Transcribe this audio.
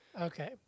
Okay